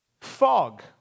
fog